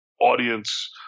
audience